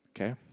Okay